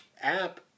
app